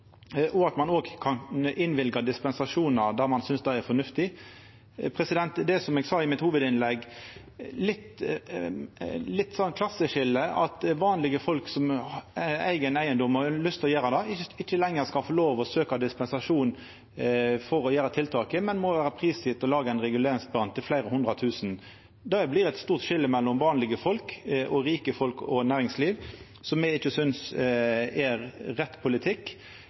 og at ein òg kan innvilga dispensasjonar der ein synest det er fornuftig. Det er, som eg sa i hovudinnlegget mitt, eit klasseskilje at vanlege folk som eig ein eigedom og har lyst til å gjera tiltak, ikkje lenger skal få lov til å søkja dispensasjon for å gjera tiltaket, men må vera prisgjevne å laga ein reguleringsplan til fleire hundre tusen. Det blir eit stort skilje mellom vanlege folk og rike folk og næringsliv, så me synest ikkje det er rett politikk,